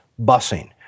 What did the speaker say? busing